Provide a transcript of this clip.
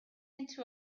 into